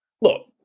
look